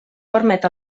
permet